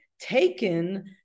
taken